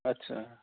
আচ্ছা